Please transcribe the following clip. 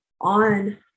on